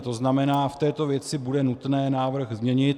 To znamená, v této věci bude nutné návrh změnit.